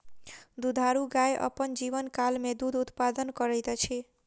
दुधारू गाय अपन जीवनकाल मे दूध उत्पादन करैत अछि